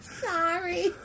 sorry